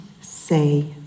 say